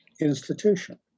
institution